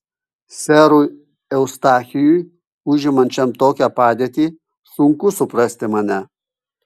serui eustachijui užimančiam tokią padėtį sunku suprasti mane